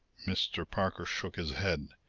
mr. parker shook his head.